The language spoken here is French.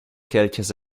quelques